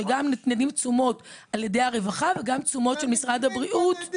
שגם נותנות תשומות על ידי הרווחה וגם תשומות על ידי משרד הבריאות.